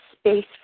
space